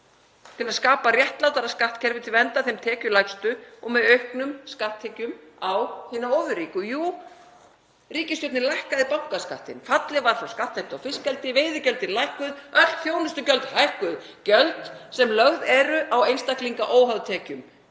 til að skapa réttlátara skattkerfi til verndar þeim tekjulægstu og með auknum tekjum af skatti á hina ofurríku? Jú, ríkisstjórnin lækkaði bankaskattinn. Fallið var frá skattheimtu á fiskeldi, veiðigjöldin lækkuð, öll þjónustugjöld hækkuð, gjöld sem lögð eru á einstaklinga óháð tekjum.